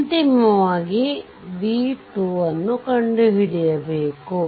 ಅಂತಿಮವಾಗಿ v2 ಕಂಡುಹಿಡಿಯಬೇಕು